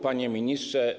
Panie Ministrze!